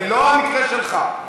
זה לא המקרה שלך.